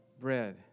bread